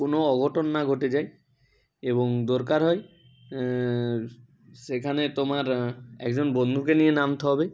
কোনো অঘটন না ঘটে যায় এবং দরকার হয় সেখানে তোমার একজন বন্ধুকে নিয়ে নামতে হবে